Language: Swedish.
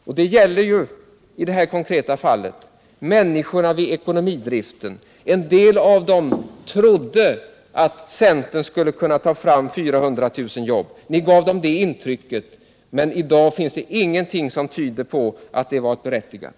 I det här konkreta fallet gäller det människorna i ekonomidriften. En del av dem hade trott att centern skulle kunna skapa 400 000 jobb, eftersom ni givit dem det intrycket, men i dag finns ingenting som tyder på att det löftet var berättigat.